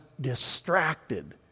distracted